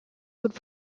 would